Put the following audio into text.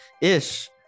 Ish